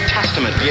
Testament